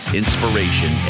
inspiration